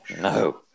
No